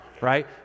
right